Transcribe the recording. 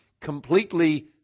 completely